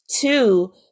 two